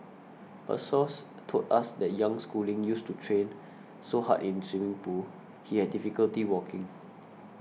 a source told us that young schooling used to train so hard in swimming pool he had difficulty walking